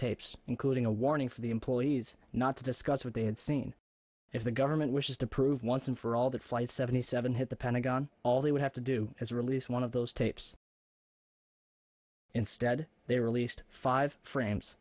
tapes including a warning for the employees not to discuss what they had seen if the government wishes to prove once and for all that flight seventy seven hit the pentagon all they would have to do is release one of those tapes instead they released five frames